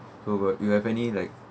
so got you have any like